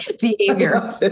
Behavior